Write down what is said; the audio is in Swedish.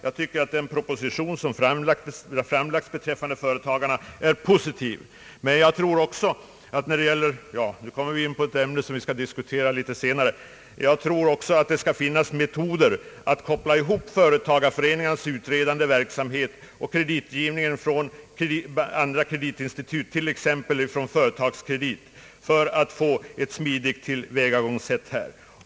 Jag tycker att den proposition som framlagts beträffande företagareföreningarna är positiv. Ang. näringslivets kapitalförsörjning Men jag menar också — fast nu kommer vi in på ett ämne som vi skall diskutera senare — att det skall finnas metoder att koppla ihop företagareföreningarnas utredande verksamhet och kreditgivningen från andra kreditinstitut, t.ex. från AB Företagskredit, för att få ett smidigt tillvägagångssätt här.